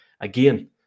again